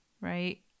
right